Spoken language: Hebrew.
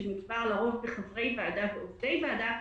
כאשר מדובר לרוב בחברי ועדה או עובדי ועדה,